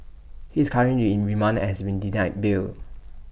he is currently in remand and has been denied bail